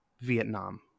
Vietnam